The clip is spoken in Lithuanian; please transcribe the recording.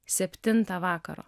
septintą vakaro